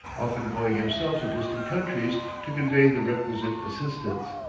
often going himself to distant countries to convey the requisite assistance.